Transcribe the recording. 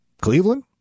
Cleveland